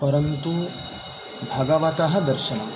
परन्तु भगवतः दर्शनं